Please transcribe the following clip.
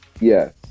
Yes